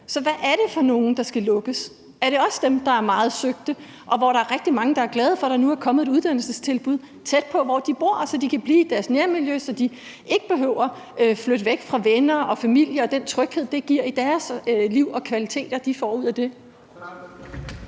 Så hvad er det for nogle, der skal lukkes? Er det også dem, der er meget søgte, hvor der er rigtig mange, der er glade for, at der nu er kommet et uddannelsestilbud tæt på, hvor de bor, så de kan blive i deres nærmiljø og ikke behøver at flytte væk fra venner og familie og den tryghed, det giver i deres liv, og opgive de kvaliteter, de får ud af det?